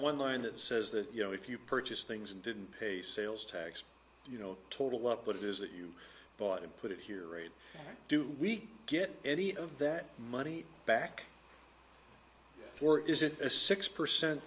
one line that says that you know if you purchase things and didn't pay sales tax you know total up what it is that you bought and put it here do we get any of that money back or is it a six percent